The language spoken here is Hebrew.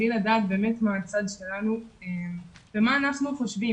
בלי לדעת באמת מה הצד שלנו ומה אנחנו חושבים,